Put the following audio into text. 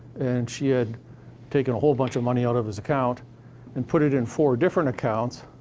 and she had taken a whole bunch of money out of his account and put it in four different accounts,